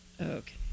Okay